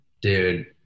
dude